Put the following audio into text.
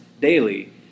daily